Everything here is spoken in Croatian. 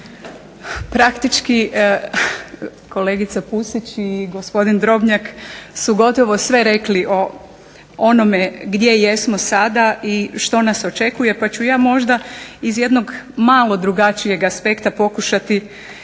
Praktički kolegica Pusić i gospodin Drobnjak su gotovo sve rekli o onome gdje jesmo sada i što nas očekuje pa ću ja možda iz jednog malo drugačijeg aspekta pokušati